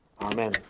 Amen